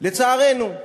לצערנו.